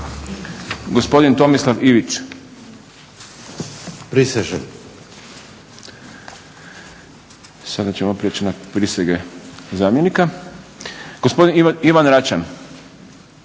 gospodin Tomislav Ivić-prisežem. Sada ćemo prijeći na prisege zamjenika. Gospodin Ivan